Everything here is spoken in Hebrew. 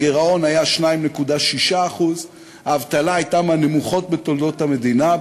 הגירעון היה 2.6%; האבטלה הייתה מהנמוכות בתולדות המדינה,